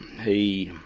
he